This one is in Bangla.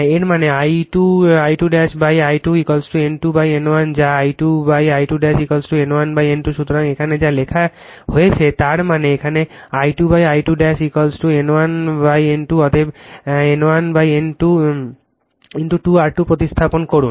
এর মানে I2 I2 N2 N1 বা I2 I2 N1 N2 সুতরাং এখানে যা লেখা হয়েছে তার মানে এখানে I2 I2 N1 N2 অতএব N1 N2 2 R2 প্রতিস্থাপন করুন